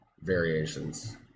variations